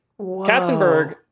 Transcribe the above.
Katzenberg